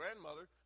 grandmother